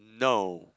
no